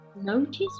notice